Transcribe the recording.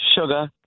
sugar